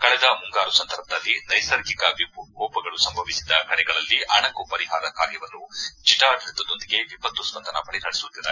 ಕಳೆದ ಮುಂಗಾರು ಸಂದರ್ಭದಲ್ಲಿ ನೈಸರ್ಗಿಕ ವಿಕೋಪಗಳು ಸಂಭವಿಸಿದ ಕಡೆಗಳಲ್ಲಿ ಅಣಕು ಪರಿಹಾರ ಕಾರ್ಯವನ್ನು ಜಿಲ್ಲಾಡಳಿತದೊಂದಿಗೆ ವಿಪತ್ತು ಸ್ಪಂದನಾ ಪಡೆ ನಡೆಸುತ್ತಿದೆ